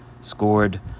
scored